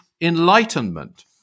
enlightenment